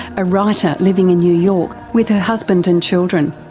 a writer living in new york with her husband and children.